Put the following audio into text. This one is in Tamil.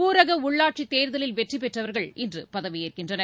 ஊரக உள்ளாட்சித் தேர்தலில் வெற்றிபெற்றவர்கள் இன்று பதவியேற்கின்றனர்